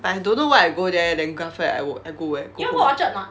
but I don't know why I go there then g~ af~ after that I go where go home